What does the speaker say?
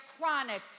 chronic